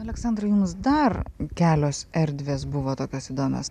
aleksandrai jums dar kelios erdvės buvo tokios įdomios